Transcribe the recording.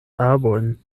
arbojn